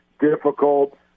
difficult